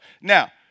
Now